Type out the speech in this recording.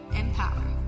empower